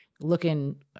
looking